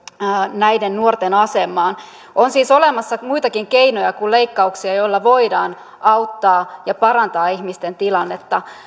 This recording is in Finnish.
näiden nuorten asemaan on siis olemassa muitakin keinoja kuin leikkauksia joilla voidaan auttaa ja parantaa ihmisten tilannetta